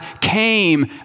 came